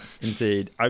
indeed